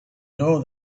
know